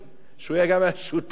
שגם הוא היה שותף לה,